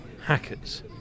Hackers